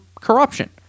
corruption